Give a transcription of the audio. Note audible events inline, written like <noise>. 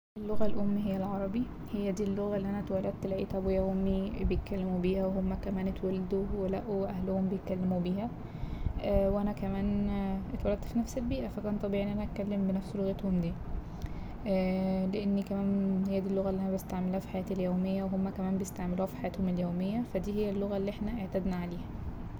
اللغة الأم هي العربي، هي دي اللغة اللي أنا اتولدت لقيت أبويا وأمي بيتكلموا بيها وهما كمان اتولدوا ولقوا أهلهم بيتكلموا بيها <hesitation> وأنا كمان اتولدت في نفس البيئة فا كان طبيعي إن أنا أتكلم بنفس لغتهم دي <hesitation> لأني كمان هي دي اللغة اللي بستعملها في حياتي اليومية وهما كمان بيستعملوها في حياتهم اليومية فا دي هي اللغة اللي اعتدنا عليها.